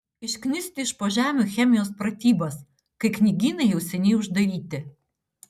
išknisti iš po žemių chemijos pratybas kai knygynai jau seniai uždaryti